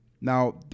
Now